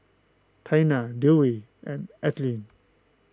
Taina Dewey and Ethelene